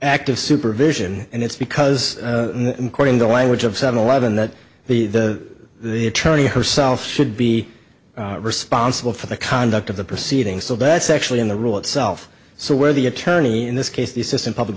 active supervision and it's because i'm quoting the language of seven eleven that the the the attorney herself should be responsible for the conduct of the proceedings so that's actually in the rule itself so where the attorney in this case the assistant public